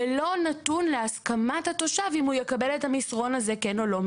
ולא נתון להסכמת התושב אם הוא יקבל את המסרון הזה כן או לא.